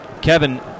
Kevin